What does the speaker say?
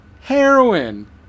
heroin